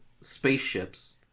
spaceships